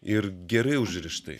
ir gerai užrištais